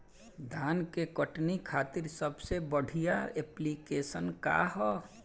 धान के कटनी खातिर सबसे बढ़िया ऐप्लिकेशनका ह?